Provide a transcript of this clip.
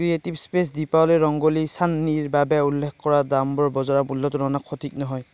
creative space Deepawali rangoli চান্নীৰ বাবে উল্লেখ কৰা দামটো বজাৰ মূল্যৰ তুলনাত সঠিক নহয়